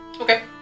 Okay